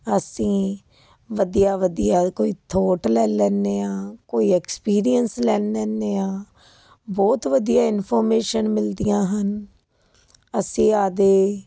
ਅਸੀਂ ਵਧੀਆ ਵਧੀਆ ਕੋਈ ਥੋਟ ਲੈ ਲੈਂਦੇ ਹਾਂ ਕੋਈ ਐਕਸਪੀਰੀਐਂਸ ਲੈਨ ਲੈਂਦੇ ਹਾਂ ਬਹੁਤ ਵਧੀਆ ਇਨਫੋਮੇਸ਼ਨ ਮਿਲਦੀਆਂ ਹਨ ਅਸੀਂ ਆਪਣੇ